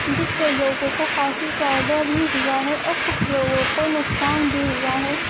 جس سے لوگوں کو کافی فائدہ بھی ہوا ہے اور کچھ لوگوں کو ںقصان بھی ہوا ہے